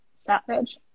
Savage